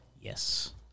Yes